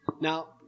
Now